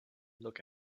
look